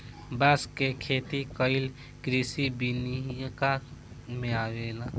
बांस के खेती कइल कृषि विनिका में अवेला